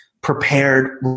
prepared